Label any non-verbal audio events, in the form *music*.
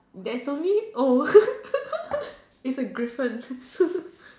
there's only oh *laughs* it's a griffin *laughs*